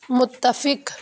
متفق